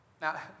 Now